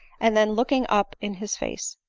and then looking up in his face.